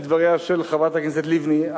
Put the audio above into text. כדבריה של חברת הכנסת לבני,